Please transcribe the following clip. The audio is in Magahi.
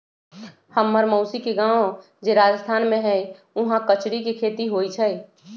हम्मर मउसी के गाव जे राजस्थान में हई उहाँ कचरी के खेती होई छई